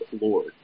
Lord